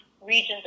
region's